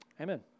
Amen